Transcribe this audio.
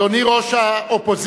אדוני ראש האופוזיציה,